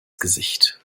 gesicht